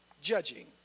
judging